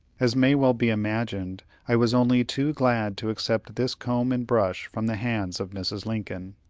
as may well be imagined, i was only too glad to accept this comb and brush from the hands of mrs. lincoln.